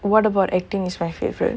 what about acting is my favourite